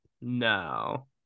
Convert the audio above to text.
No